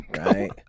right